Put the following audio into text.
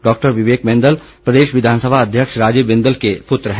doctor Vivek Bindal प्रदेश विधानसभा अध्यक्ष राजीव बिंदल के पुत्र हैं